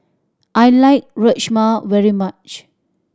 I like Rajma very much